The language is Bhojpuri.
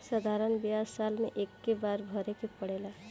साधारण ब्याज साल मे एक्के बार भरे के पड़ेला